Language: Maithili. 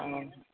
ओऽ